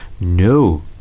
no